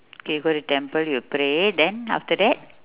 okay go to temple you will pray then after that